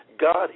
God